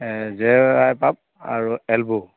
J I pipe আৰু elbow